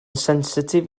sensitif